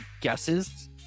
guesses